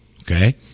Okay